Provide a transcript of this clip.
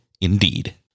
Indeed